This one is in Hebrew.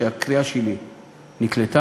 שהקריאה שלי נקלטה,